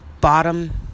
bottom